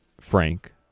frank